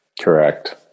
Correct